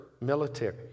military